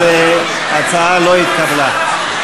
ההצעה לא התקבלה.